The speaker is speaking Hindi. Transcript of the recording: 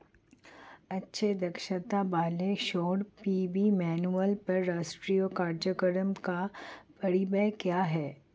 उच्च दक्षता वाले सौर पी.वी मॉड्यूल पर राष्ट्रीय कार्यक्रम का परिव्यय क्या है?